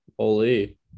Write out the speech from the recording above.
holy